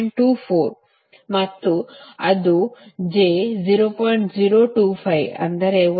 24 ಮತ್ತು ಇದು j 0